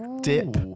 dip